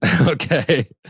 Okay